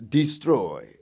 destroy